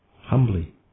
humbly